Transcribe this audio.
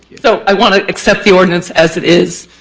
so i want to accept the ordinance as it is,